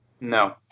No